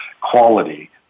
quality